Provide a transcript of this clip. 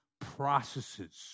processes